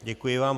Děkuji vám.